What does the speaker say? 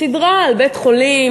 סדרה על בית-חולים,